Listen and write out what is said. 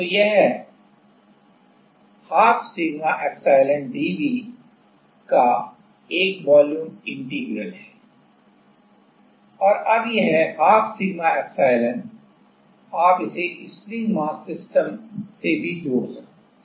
तो यह 12 sigma epsilon dV का एक वॉल्यूम इंटीग्रल है अब यह 12 सिग्मा एप्सिलॉन आप इसे स्प्रिंग मास सिस्टम से भी जोड़ सकते हैं